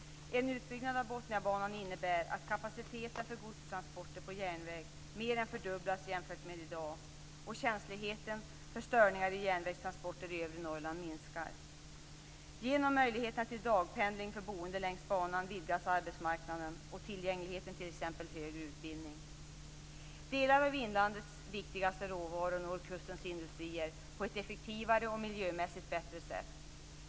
En utbyggnad av Botniabanan innebär att kapaciteten för godstransporter på järnväg mer än fördubblas jämfört med i dag, och känsligheten för störningar i järnvägstransporterna i övre Norrland minskar. Genom möjligheterna till dagpendling för boende längs banan vidgas arbetsmarknaden och tillgängligheten till t.ex. högre utbildning. Delar av inlandets viktiga råvaror når kustens industrier på ett effektivare och miljömässigt bättre sätt.